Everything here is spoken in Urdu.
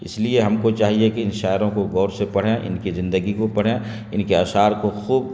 اس لیے ہم کو چاہیے کہ ان شاعروں کو غور سے پڑھیں ان کی زندگی کو پڑھیں ان کے اشعار کو خوب